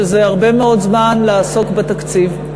שזה הרבה מאוד זמן לעסוק בתקציב.